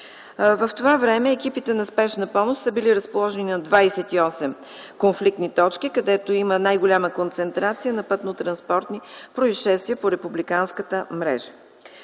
В това време екипите на Спешна помощ са били разположени на 28 конфликтни точки, където има най-голяма концентрация на пътнотранспортни произшествия по републиканската мрежа.